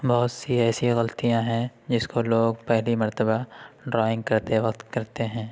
بہت سی ایسی غلطیاں ہیں جس کو لوگ پہلی مرتبہ ڈرائنگ کرتے وقت کرتے ہیں